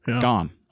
Gone